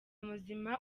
muzima